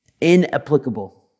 inapplicable